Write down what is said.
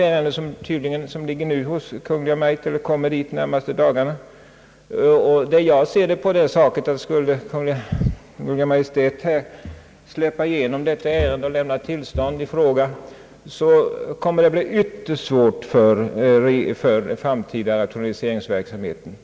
Skulle Kungl. Maj:t ge till stånd till markförvärv i ett ärende som kommer upp till avgörande inom de närmaste dagarna, blir det ytterst svårt för den. framtida rationaliseringsverksamheten.